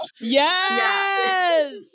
Yes